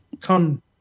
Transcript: come